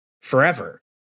forever